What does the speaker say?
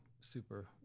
super